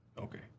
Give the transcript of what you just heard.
Okay